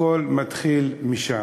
הכול מתחיל משם.